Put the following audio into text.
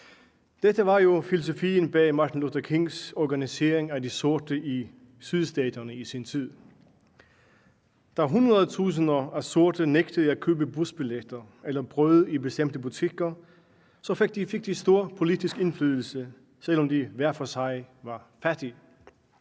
Dette var jo filosofien bag Martin Luther Kings organisering af de sorte i Sydstaterne i sin tid. Da hundredetusinder af sorte nægtede at købe busbilletter eller brød i bestemte butikker, fik de stor politisk indflydelse, selv om de hver for sig var fattige.